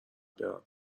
برم